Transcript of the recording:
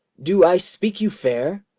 do i speak you fair?